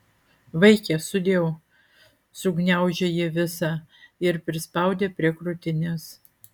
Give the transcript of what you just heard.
vaike sudieu sugniaužė jį visą ir prispaudė prie krūtinės